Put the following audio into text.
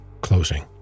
closing